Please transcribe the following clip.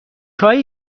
هایی